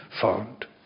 found